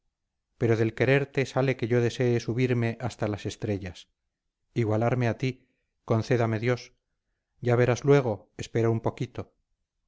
pero del quererte sale que yo desee subirme hasta las estrellas igualarme a ti concédame dios ya verás luego espera un poquito